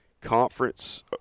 Conference